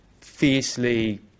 fiercely